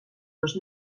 dos